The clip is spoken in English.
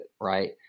right